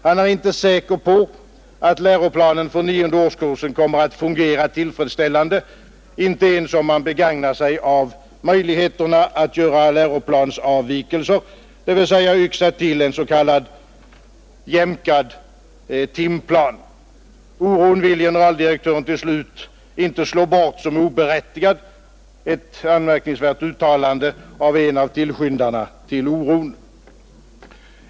Han är inte säker på att läroplanen för årskurs 9 kommer att fungera tillfredsställande, inte ens om man begagnar sig av möjligheterna att göra läroplansavvikelser, dvs. yxa till en s.k. jämkad timplan. Oron vill generaldirektören till slut inte slå bort som oberättigad — ett anmärkningsvärt uttalande av en av tillskyndarna till oron.